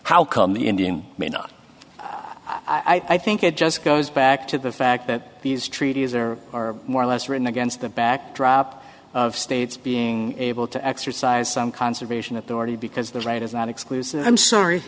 how come the indian may not i think it just goes back to the fact that these treaties there are more or less written against the backdrop of states being able to exercise some conservation authority because the right is not exclusive i'm sorry